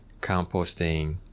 composting